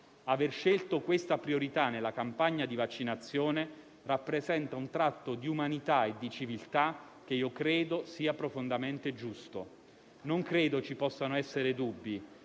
Aver scelto questa priorità nella campagna di vaccinazione rappresenta un tratto di umanità e di civiltà che credo sia profondamente giusto. Non credo ci possano essere dubbi: